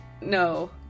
no